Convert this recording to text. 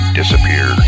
disappear